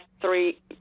three